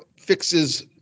fixes